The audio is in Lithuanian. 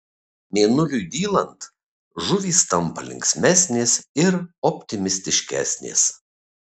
mėnuliui dylant žuvys tampa linksmesnės ir optimistiškesnės